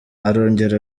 arongera